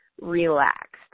relaxed